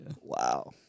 Wow